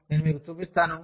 నేను మీకు చూపిస్తాను